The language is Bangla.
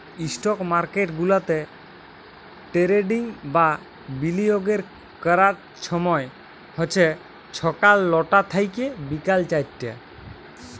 ইস্টক মার্কেট গুলাতে টেরেডিং বা বিলিয়গের ক্যরার ছময় হছে ছকাল লটা থ্যাইকে বিকাল চারটা